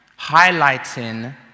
highlighting